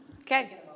Okay